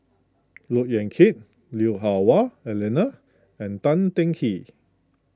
Look Yan Kit Lui Hah Wah Elena and Tan Teng Kee